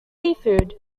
seafood